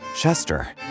Chester